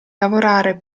lavorare